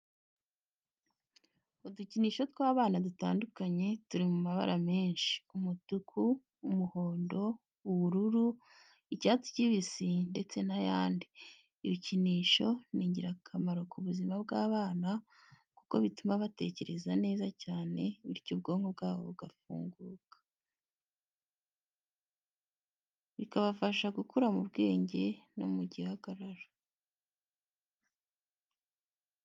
Udukinisho tw'abana dutandukanye turi mu mabara menshi, umutuku, umuhondo, ubururu, icyatsi kibisi ndetse n'ayandi. Ibikinisho ni ingirakamaro ku buzima bw'abana kuko bituma batekereza cyane bityo ubwonko bwabo bugakanguka, bikabafasha gukura mu bwenge no mu gihagararo.